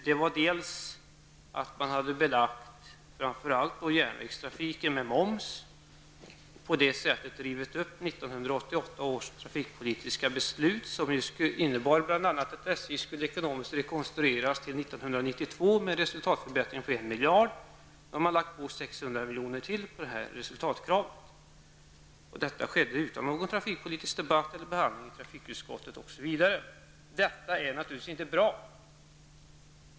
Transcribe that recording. Det gäller bl.a. att framför allt järnvägstrafiken har belagts med moms. På det sättet har 1988 års trafikpolitiska beslut rivits upp, vilket innebär att SJ skulle ekonomiskt rekonstrueras till 1992 med en resultatförbättring på 1 miljard kronor. Nu har 600 milj.kr. till lagts på resultatkravet. Det skedde utan någon trafikpolitisk debatt eller behandling i trafikutskottet osv. Detta är naturligtvis inte bra.